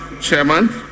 Chairman